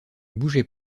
bougeait